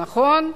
נכון,